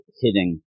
hitting